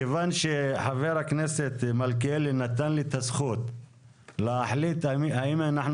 כיוון שחבר הכנסת מלכיאלי נתן לי את הזכות להחליט האם אנחנו